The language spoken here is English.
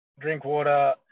Drinkwater